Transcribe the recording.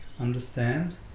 understand